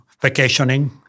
vacationing